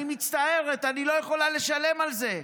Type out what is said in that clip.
אני מצטערת, אני לא יכולה לשלם על זה.